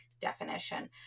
definition